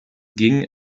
ging